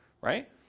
right